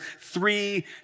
three